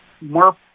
more